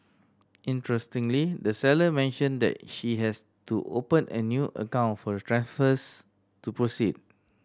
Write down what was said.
interestingly the seller mentioned that she has to open a new account for the transfers to proceed